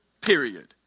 Period